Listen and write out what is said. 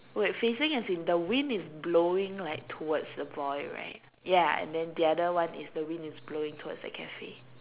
wait facing as in the wind is blowing like towards the boy right ya and then the other one is the wind is blowing towards the cafe